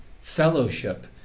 fellowship